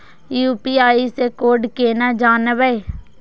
UPI से code केना जानवै?